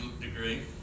degree